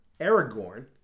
Aragorn